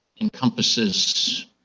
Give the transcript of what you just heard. encompasses